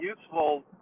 useful